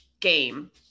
game